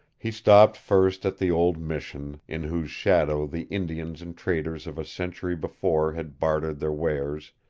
he stopped first at the old mission, in whose shadow the indians and traders of a century before had bartered their wares,